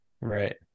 Right